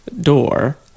door